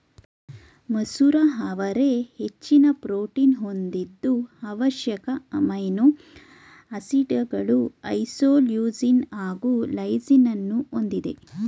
ಮಸೂರ ಅವರೆ ಹೆಚ್ಚಿನ ಪ್ರೋಟೀನ್ ಹೊಂದಿದ್ದು ಅವಶ್ಯಕ ಅಮೈನೋ ಆಸಿಡ್ಗಳು ಐಸೋಲ್ಯೂಸಿನ್ ಹಾಗು ಲೈಸಿನನ್ನೂ ಹೊಂದಿದೆ